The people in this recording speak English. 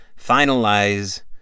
finalize